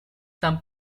some